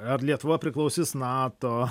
ar lietuva priklausys nato